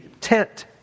tent